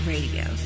Radio